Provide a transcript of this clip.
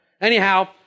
Anyhow